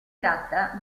tratta